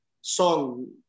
song